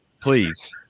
Please